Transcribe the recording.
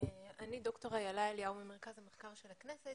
אני ד"ר אילה אליהו ממרכז המחקר של הכנסת.